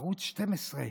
ערוץ 12,